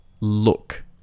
look